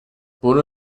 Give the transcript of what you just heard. buna